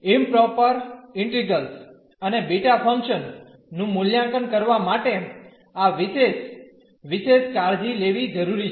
improper integrals અને beta function નું મૂલ્યાંકન કરવા માટે આ વિશેષ વિશેષ કાળજી લેવી જરૂરી છે